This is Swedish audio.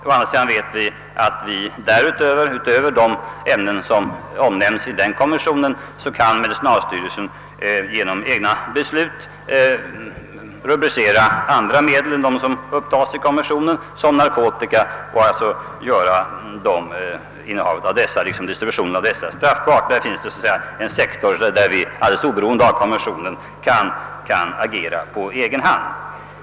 Å andra sidan vet vi att Sverige genom egna beslut har rubricerat andra medel än dem som upptas i konventionen som narkotika. Det finns alltså en sektor där vi alldeles oberoende av konventionen kan agera på egen hand.